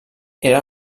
era